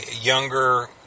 younger